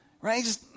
right